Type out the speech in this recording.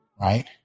right